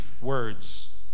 Words